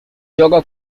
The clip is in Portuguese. joga